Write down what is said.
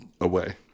away